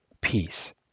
peace